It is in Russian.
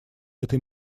этой